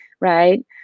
right